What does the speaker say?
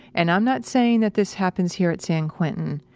and i'm not saying that this happens here at san quentin,